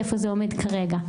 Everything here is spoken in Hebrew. איפה זה עומד כרגע.